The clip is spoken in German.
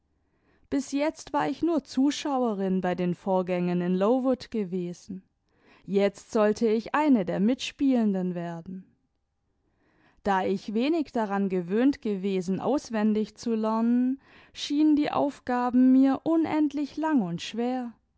bis jetzt war ich nur zuschauerin bei den vorgängen in lowood gewesen jetzt sollte ich eine der mitspielenden werden da ich wenig daran gewöhnt gewesen auswendig zu lernen schienen die aufgaben mir unendlich lang und schwer